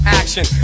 action